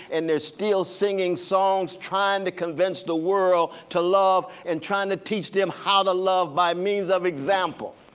and they're still singing songs trying to convince the world to love and trying to teach them how to love by means of example.